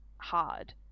hard